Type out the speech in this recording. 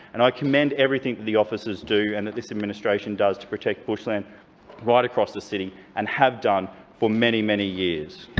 and i commend everything that the officers do and that this administration does to protect bushland right across the city and have done for many, many years.